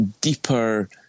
deeper